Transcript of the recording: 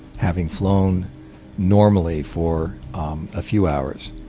having flown normally for a few hours,